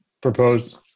proposed